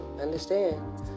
understand